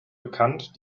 bekannt